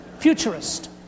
futurist